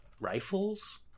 rifles